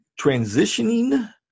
transitioning